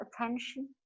attention